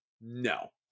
No